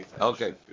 Okay